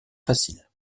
facile